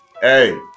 hey